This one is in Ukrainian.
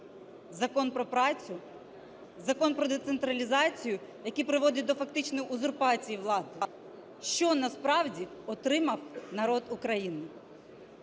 Закон про працю, Закон про децентралізацію, який приводить до фактично узурпації влади? Що насправді отримав народ України?